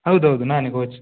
ಹೌದು ಹೌದು ನಾನೇ ಕೋಚು